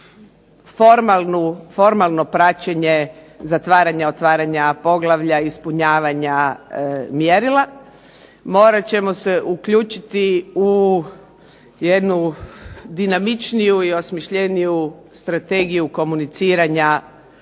formalno praćenje zatvaranja, otvaranja poglavlja, ispunjavanja mjerila, morat ćemo se uključiti u jednu dinamičniju i osmišljeniju strategiju komuniciranja